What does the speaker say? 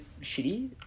Shitty